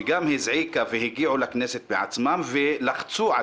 שגם הזעיקה והגיעו לכנסת בעצמם ולצו על